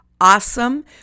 awesome